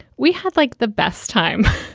we had like the best time.